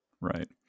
right